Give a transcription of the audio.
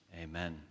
Amen